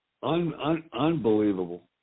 Unbelievable